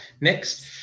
next